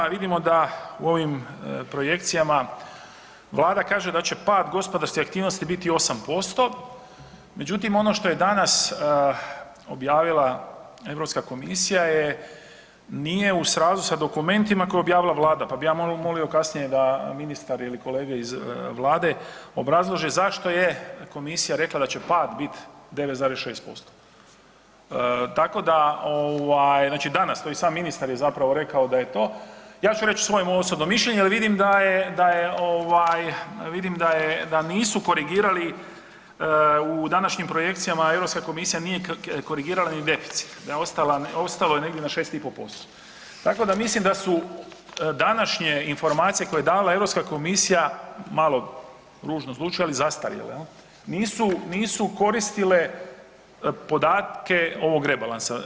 Vidimo da u ovim projekcijama Vlada kaže da će pad gospodarskih aktivnosti biti 8%, međutim ono što je danas objavila Europska komisija je, nije u srazu s dokumentima koje je objavila Vlada, pa bi ja molio kasnije da ministar ili kolege iz Vlade obrazlože zašto je Komisija rekla da će pad biti 9,6%, tako da, ovaj, znači danas, to je i sam ministar zapravo rekao da je to, ja ću reći svoje osobno mišljenje, ali vidim da je, da je ovaj, vidim da nisu korigirali u današnjim projekcijama, Europska komisija nije korigirala ni deficit, da je ostalo, ostalo je negdje na 6,5%, tako da mislim da su današnje informacije koje je dala Europska komisija, malo ružno zvuči, ali zastarjele jel, nisu, nisu koristile podatke ovog rebalansa.